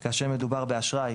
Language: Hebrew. כאשר מדובר באשראי,